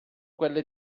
quelle